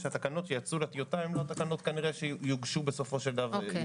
שהתקנות שיצאו לטיוטה הן כנראה לא התקנות שיוגשו בסופו של דבר.